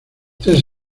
tres